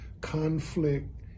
conflict